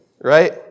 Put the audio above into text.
right